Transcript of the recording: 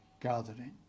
gathering